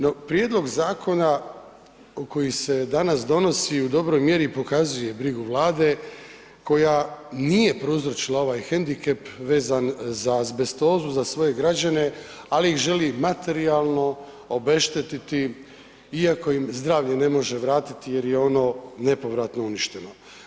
No, prijedlog zakona koji se danas donosi u dobroj mjeri pokazuje brigu Vlade koja nije prouzročila ovaj hendikep vezan za azbestozu za svoje građane, ali ih želi materijalno obeštetiti iako im zdravlje ne može vratiti jer je ono nepovratno uništeno.